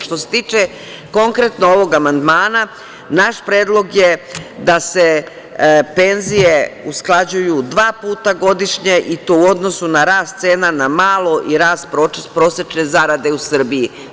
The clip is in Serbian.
Što se tiče konkretno ovog amandmana, naš predlog je da se penzije usklađuju dva puta godišnje i to u odnosu na rast cena na malo i rast prosečne zarade u Srbiji.